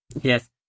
Yes